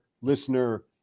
listener